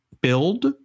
build